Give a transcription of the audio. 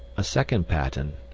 a second paten,